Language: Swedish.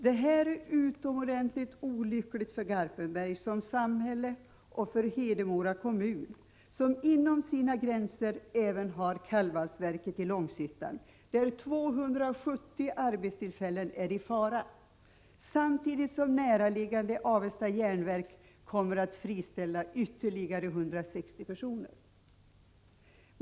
Detta är utomordentligt olyckligt för Garpenberg som samhälle och för Hedemora kommun, som inom sina gränser även har kallvalsverket i Långshyttan, där 270 arbetstillfällen är i fara, samtidigt som näraliggande Avesta Jernverk kommer att friställa ytterligare 160 personer.